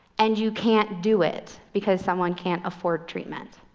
and you can't do it, because someone can't afford treatment.